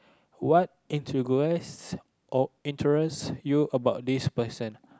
what interest you about this person